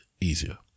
easier